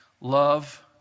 Love